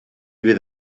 fydd